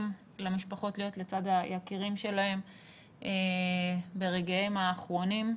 למשפחות להיות לצד היקירים שלהם ברגעיהם האחרונים,